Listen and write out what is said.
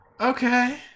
okay